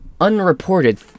unreported